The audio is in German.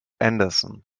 anderson